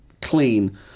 clean